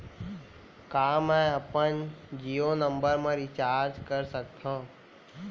का मैं अपन जीयो नंबर म रिचार्ज कर सकथव?